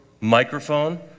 Microphone